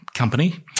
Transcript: company